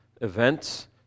events